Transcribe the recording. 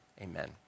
amen